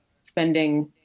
spending